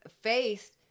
face